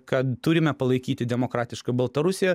kad turime palaikyti demokratišką baltarusiją